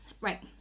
right